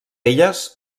elles